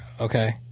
Okay